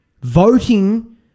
Voting